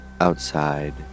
outside